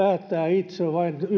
itse vain